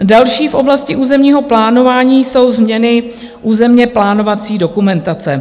Další v oblasti územního plánování jsou změny územněplánovací dokumentace.